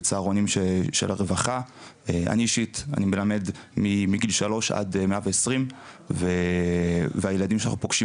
אני אישית מלמד מגילאי 3-120 והילדים שאנחנו פוגשים